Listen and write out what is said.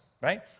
right